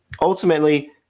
Ultimately